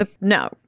No